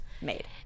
made